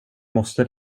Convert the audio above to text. måste